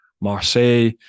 Marseille